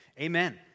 Amen